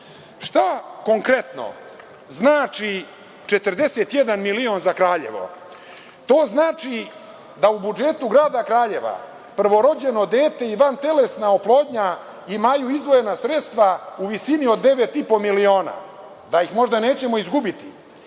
konkretno znači 41 milion za Kraljevo? To znači da u budžetu grada Kraljeva, prvorođeno dete i vantelesna oplodnja imaju izdvojena sredstva u visini od 9,5 miliona. Da ih možda nećemo izgubiti?